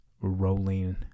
rolling